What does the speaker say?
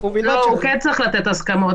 הוא כן צריך לתת הסכמות,